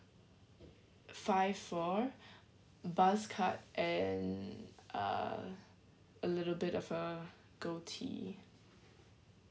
five four buzz cut and uh a little bit of a gold teeth